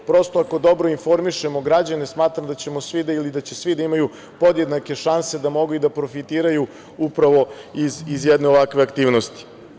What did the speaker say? Ako dobro informišemo građane, smatram da ćemo svi ili da će svi da imaju podjednake šanse da mogu i da profitiraju upravo iz jedne ovakve aktivnosti.